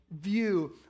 view